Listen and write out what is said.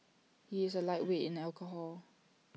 he is A lightweight in alcohol